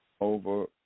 over